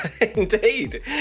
Indeed